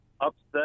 upset